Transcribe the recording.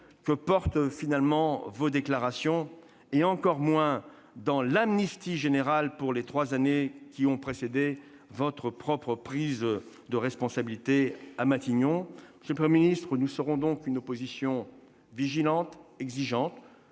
que portent finalement vos déclarations et encore moins dans l'amnistie générale pour les trois années qui ont précédé votre propre prise de responsabilités à Matignon. Monsieur le Premier ministre, nous serons donc une opposition vigilante, exigeante,